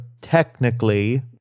technically